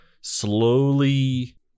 slowly